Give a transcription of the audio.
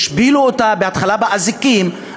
השפילו אותה בהתחלה באזיקים,